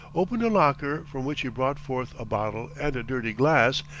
opened a locker from which he brought forth a bottle and a dirty glass,